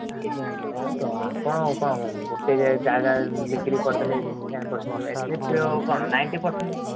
ଆଜ୍ଞା ଆଜ୍ଞା ଆଉ ତ ଆପଣ କ'ଣ ଗୋଟେ ଜାଗା ବିକ୍ରି କରିଦେଲେ ଟେନ୍ ପର୍ସେଣ୍ଟ୍ ଆସିବ କ'ଣ ନାଇଣ୍ଟି ପର୍ସେଣ୍ଟ୍